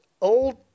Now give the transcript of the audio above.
old